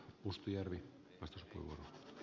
arvoisa puhemies